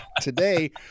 Today